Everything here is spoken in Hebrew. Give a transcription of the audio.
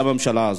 לממשלה הזאת.